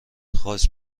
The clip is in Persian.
خواست